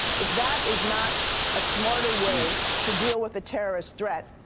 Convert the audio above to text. if that is not a smarter way to deal with the terrorists threat,